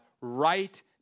right